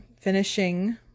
finishing